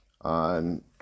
on